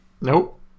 Nope